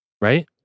Right